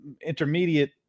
intermediate